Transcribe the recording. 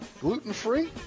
Gluten-free